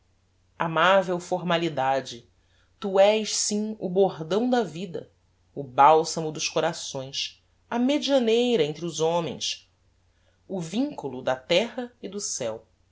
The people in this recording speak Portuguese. amavel formalidade tu és sim o bordão da vida o balsamo dos corações a medianeira entre os homens o vinculo da terra e do ceu